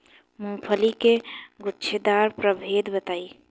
मूँगफली के गूछेदार प्रभेद बताई?